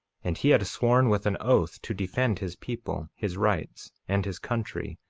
and he had sworn with an oath to defend his people, his rights, and his country,